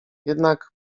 jednak